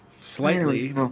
slightly